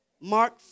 Mark